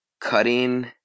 cutting